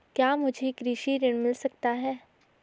क्या मुझे कृषि ऋण मिल सकता है?